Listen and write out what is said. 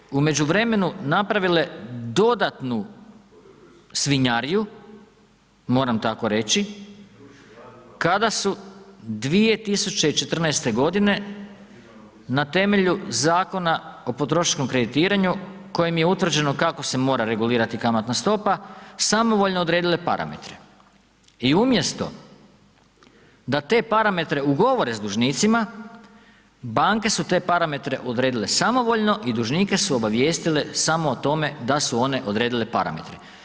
Banke su u međuvremenu napravile dodatnu svinjariju, moram tako reći, kada su 2014.g. na temelju Zakona o potrošačkom kreditiranju kojim je utvrđeno kako se mora regulirati kamatna stopa samovoljno odredile parametre i umjesto da te parametre ugovore s dužnicima, banke su te parametre odredile samovoljno i dužnike su obavijestile samo o tome da su one odredile parametre.